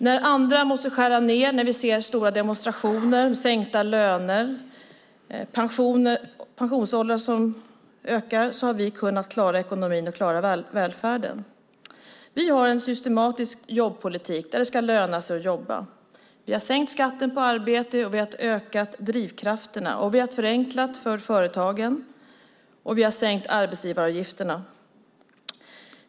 När andra måste skära ned, när vi ser stora demonstrationer mot sänkta löner och mot att pensionsåldern höjs har vi kunnat klara ekonomin och välfärden. Vi har en systematisk jobbpolitik där det ska löna sig att jobba. Vi har sänkt skatten på arbete, vi har ökat drivkrafterna. Vi har förenklat för företagen och sänkt arbetsgivaravgifterna.